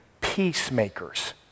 peacemakers